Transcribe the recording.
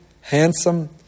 handsome